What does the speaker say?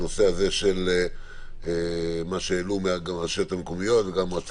מה שהעלו הרשויות המקומיות וגם המועצה